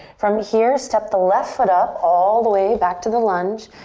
from here, step the left foot up all the way back to the lunge,